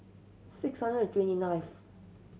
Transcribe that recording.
six hundred and twenty ninth